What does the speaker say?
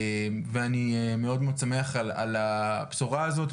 ואני מאוד שמח על הבשורה הזאת,